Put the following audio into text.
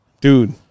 Dude